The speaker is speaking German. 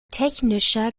technischer